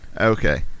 Okay